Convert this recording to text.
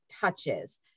touches